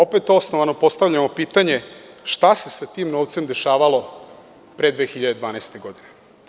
Opet osnovano postavljamo pitanje – šta se sa tim novcem dešavalo pre 2012. godine?